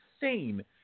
insane